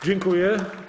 Dziękuję.